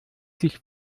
sich